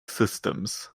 systems